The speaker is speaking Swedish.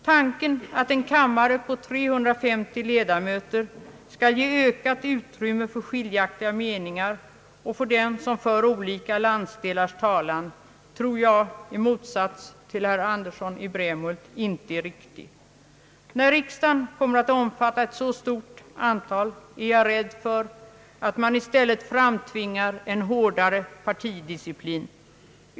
Tanken att en kammare på 350 ledamöter skall ge ökat utrymme för skiljaktiga meningar och för dem som för olika landsdelars talan tror jag — i motsats till herr Andersson i Brämhult — inte är riktig. När riksdagen kommer att omfatta ett så stort antal ledamöter är jag rädd för att man i stället framtvingar en hårdare partidisciplin.